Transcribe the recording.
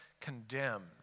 condemned